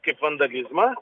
kaip vandalizmą